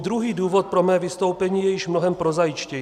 Druhý důvod pro mé vystoupení je již mnohem prozaičtější.